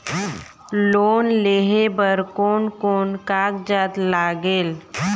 Loan लेहे बर कोन कोन कागजात लागेल?